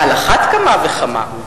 על אחת כמה וכמה.